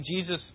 Jesus